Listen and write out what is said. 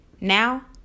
Now